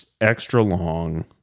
extra-long